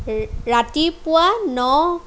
ৰাতিপুৱা ন